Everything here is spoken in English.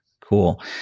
Cool